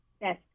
Yes